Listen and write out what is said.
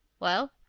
well,